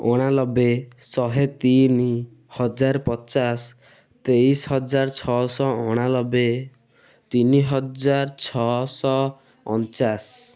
ଅଣାନବେ ଶହେ ତିନି ହଜାର ପଚାଶ ତେଇଶ ହଜାର ଛଅଶ ଅଣାନବେ ତିନି ହଜାର ଛଅଶହ ଅଣଚାଶ